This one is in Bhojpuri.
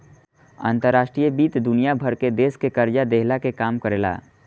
अंतर्राष्ट्रीय वित्त दुनिया भर के देस के कर्जा देहला के काम करेला